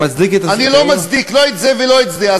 אתה מצדיק את, אני לא מצדיק, לא את זה ולא את זה.